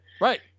Right